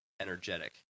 energetic